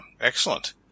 excellent